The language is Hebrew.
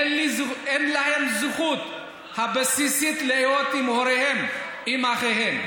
אין להם זכות בסיסית להיות עם הוריהם, עם אחיהם?